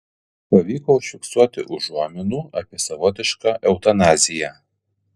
pavyko užfiksuoti užuominų apie savotišką eutanaziją